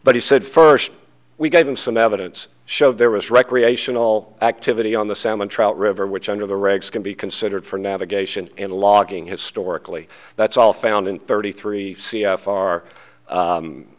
but he said first we gave him some evidence show there was recreational activity on the salmon trout river which under the regs can be considered for navigation in logging historically that's all found in thirty three c f r